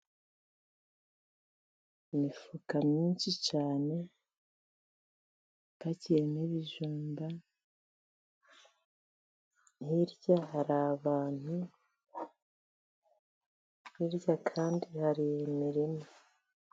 Imifuka myinshi cyane ipakiyemo ibijumba, hirya hari abantu, hirya kandi hari imirima.